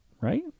Right